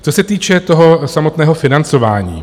Co se týče samotného financování.